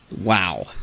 Wow